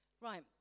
Right